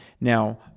Now